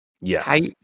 Yes